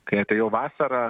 kai atėjau vasarą